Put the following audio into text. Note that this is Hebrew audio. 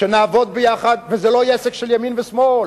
כשנעבוד יחד, וזה לא יהיה עסק של ימין ושמאל.